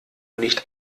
nicht